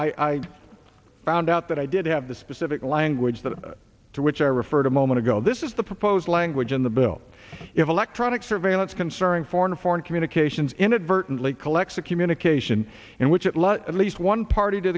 i found out that i did have the specific language that to which i referred a moment ago this is the proposed language in the bill if electronic surveillance concerning foreign foreign communications inadvertently collects a communication in which at least one party to